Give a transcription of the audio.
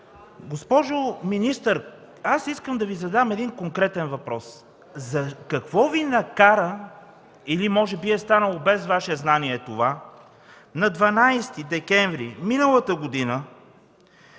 госпожо министър, аз искам да Ви задам конкретен въпрос: какво Ви накара, или може би това е станало без Ваше знание, на 12 декември миналата година